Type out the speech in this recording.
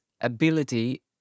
ability